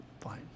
fine